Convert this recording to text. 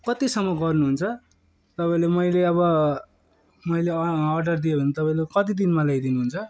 कतिसम्म गर्नुहुन्छ तपाईँले मैले अब मैले अर्डर दिएँ भने तपाईँले कति दिनमा ल्याइदिनु हुन्छ